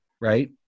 right